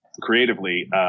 creatively